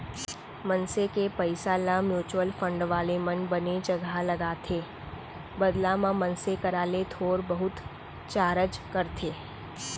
मनसे के पइसा ल म्युचुअल फंड वाले मन बने जघा लगाथे बदला म मनसे करा ले थोर बहुत चारज करथे